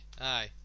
Aye